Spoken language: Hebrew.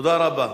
תודה רבה.